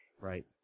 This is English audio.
Right